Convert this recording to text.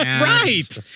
Right